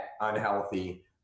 unhealthy